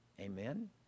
Amen